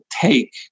take